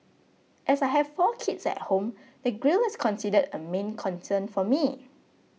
as I have four kids at home the grille is considered a main concern for me